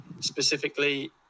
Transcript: specifically